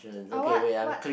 uh what what